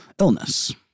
illness